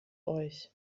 euch